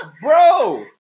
bro